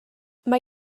mae